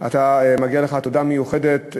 מגיעה לך תודה מיוחדת,